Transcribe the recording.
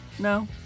No